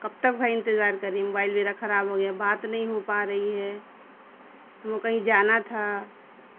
کب تک بھائی انتظار کری موبائل میرا خراب ہو گیا بات نہیں ہو پا رہی ہے ہم کہیں جانا تھا